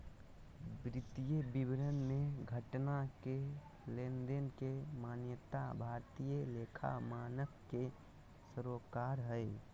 वित्तीय विवरण मे घटना के लेनदेन के मान्यता भारतीय लेखा मानक के सरोकार हय